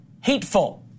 hateful